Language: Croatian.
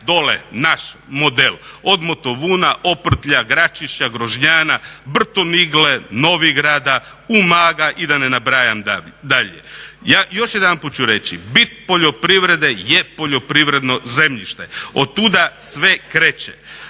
dole naš model. Od Motovuna, Oprtlja, Graćišća, Grožnjana, Brtonigle, Novigrada, Umaga i da ne nabrajam dalje. Još jedanput ću reći, bit poljoprivrede je poljoprivredno zemljište. Otuda sve kreće.